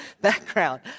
background